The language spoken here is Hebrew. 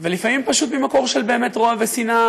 ולפעמים פשוט ממקור של באמת רוע ושנאה,